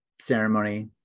ceremony